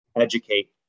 educate